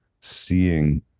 seeing